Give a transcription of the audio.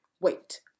Wait